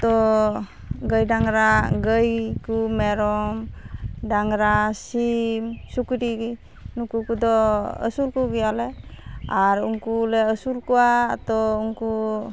ᱛᱳ ᱜᱟᱹᱭᱼᱰᱟᱝᱜᱽᱨᱟ ᱜᱟᱹᱭ ᱠᱚ ᱢᱮᱨᱚᱢ ᱰᱟᱝᱜᱽᱨᱟ ᱥᱤᱢ ᱥᱩᱠᱨᱤ ᱱᱩᱠᱩ ᱠᱚᱫᱚ ᱟᱹᱥᱩᱞ ᱠᱚᱜᱮᱭᱟᱞᱮ ᱟᱨ ᱩᱱᱠᱩᱞᱮ ᱟᱹᱥᱩᱞᱠᱚᱣᱟ ᱛᱳ ᱩᱱᱠᱩ